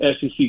SEC